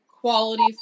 quality